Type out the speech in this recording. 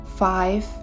Five